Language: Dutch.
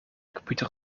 computer